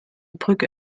brücke